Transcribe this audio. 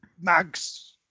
mags